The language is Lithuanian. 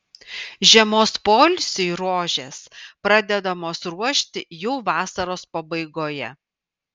žiemos poilsiui rožės pradedamos ruošti jau vasaros pabaigoje